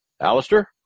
Alistair